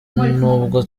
n’ubwo